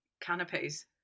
canopies